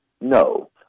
No